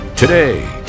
Today